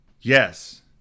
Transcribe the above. Yes